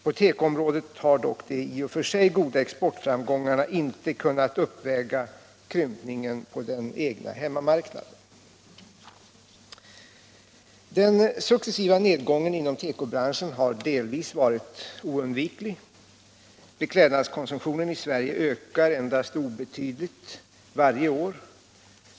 På tekoområdet har dock de i och för sig goda exportframgångarna inte kunnat uppväga krympningen på den egna hemmamarknaden. Den successiva nedgången inom tekobranschen har delvis varit oundviklig. Beklädnadskonsumtionen i Sverige ökar endast obetydligt varje år.